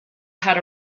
had